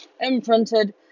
imprinted